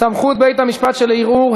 (סמכות בית-המשפט שלערעור),